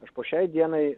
aš po šiai dienai